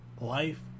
life